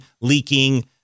leaking